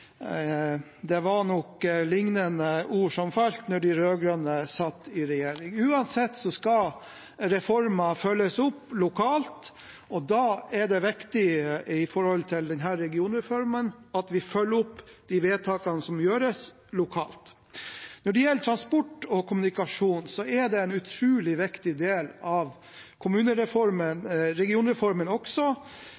nok var lignende ord som falt da de rød-grønne satt i regjering. Uansett skal reformer følges opp lokalt, og da er det viktig når det gjelder denne regionreformen, at vi følger opp de vedtakene som gjøres, lokalt. Transport og kommunikasjon er en utrolig viktig del av kommunereformen